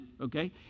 okay